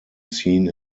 seen